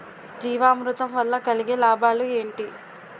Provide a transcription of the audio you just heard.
జీవామృతం వల్ల కలిగే లాభాలు ఏంటి?